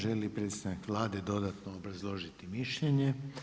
Želi li predstavnik Vlade dodatno obrazložiti mišljenje?